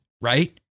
right